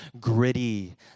gritty